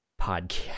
podcast